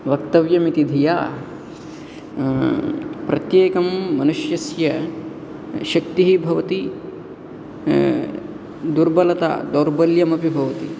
वक्तव्यं इति धिया प्रत्येकं मनुष्यस्य शक्तिः भवति दुर्बलता दौर्बल्यमपि भवति